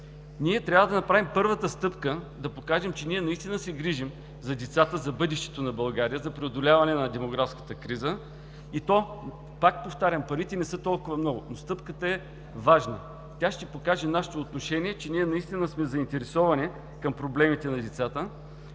Ние трябва да направим първата стъпка и да покажем, че ние наистина се грижим за децата, за бъдещето на България, за преодоляване на демографската криза и, пак повтарям, парите не са толкова много, но стъпката е важна. Тя ще покаже нашето отношение, че наистина сме заинтересовани към проблемите на децата,